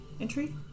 entry